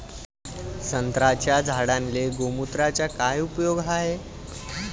संत्र्याच्या झाडांले गोमूत्राचा काय उपयोग हाये?